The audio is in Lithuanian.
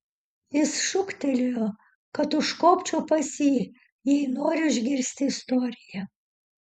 jis šūktelėjo kad užkopčiau pas jį jei noriu išgirsti istoriją